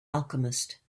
alchemist